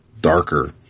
darker